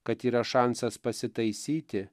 kad yra šansas pasitaisyti